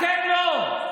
אתם לא.